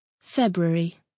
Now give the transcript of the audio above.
February